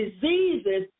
diseases